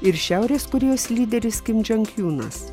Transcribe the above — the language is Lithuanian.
ir šiaurės korėjos lyderis kim čiong jūnas